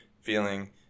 feeling